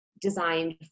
designed